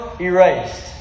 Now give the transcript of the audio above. erased